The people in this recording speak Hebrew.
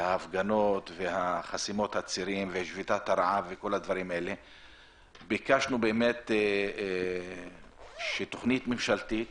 ביקשנו שתהיה תכנית ממשלתית